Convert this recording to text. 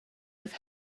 have